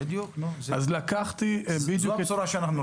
זו הבשורה שאנחנו רוצים לשמוע.